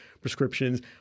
prescriptions